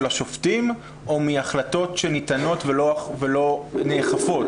השופטים או מהחלטות שניתנות ולא נאכפות?